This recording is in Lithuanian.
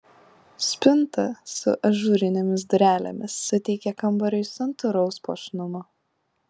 spinta su ažūrinėmis durelėmis suteikia kambariui santūraus puošnumo